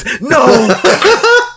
No